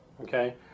okay